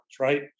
right